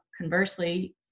conversely